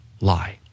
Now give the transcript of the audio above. lie